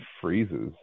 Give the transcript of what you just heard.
freezes